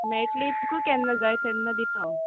मेयट्लीं तुका केन्ना जाय तेन्ना दिता आंव